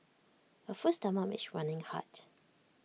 A full stomach makes running hard